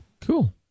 cool